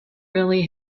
really